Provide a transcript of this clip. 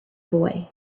boy